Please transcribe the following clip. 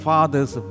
Father's